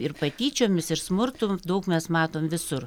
ir patyčiomis ir smurtu daug mes matom visur